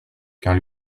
qu’un